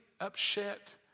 upset